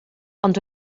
ond